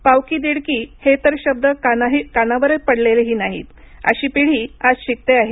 पावकी दिडकी हे तर शब्दही कानावर पडलेले नाही अशी पिढी आज शिकते आहे